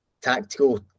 tactical